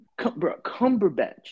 Cumberbatch